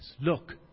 Look